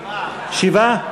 שבעה.